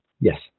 yes